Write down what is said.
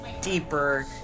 deeper